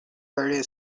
very